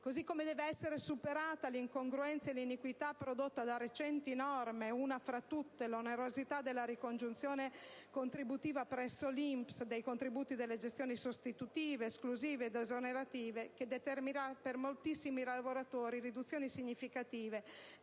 Così come deve essere superata l'incongruenza e l'iniquità prodotta da recenti norme. Una fra tutte l'introduzione dell'onerosità per la ricongiunzione contributiva presso l'INPS dei contributi dalle gestioni sostitutive, esclusive ed esonerative, che determinerà per moltissimi lavoratori riduzioni significative